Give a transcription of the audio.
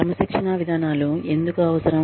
క్రమశిక్షణా విధానాలు ఎందుకు అవసరం